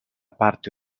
parte